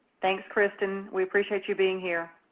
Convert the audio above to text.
thanks, kristen. we appreciate you being here.